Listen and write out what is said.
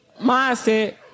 mindset